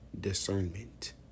discernment